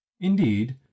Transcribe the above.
Indeed